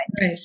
Right